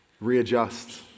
Readjust